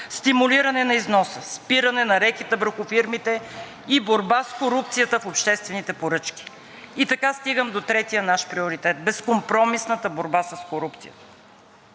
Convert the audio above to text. стимулиране на износа, спиране на рекета върху фирмите и борба с корупцията в обществените поръчки. И така стигам до третия наш приоритет – безкомпромисната борба с корупцията.